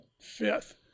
fifth